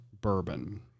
bourbon